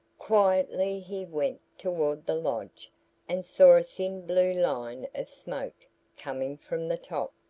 quietly he went toward the lodge and saw a thin blue line of smoke coming from the top.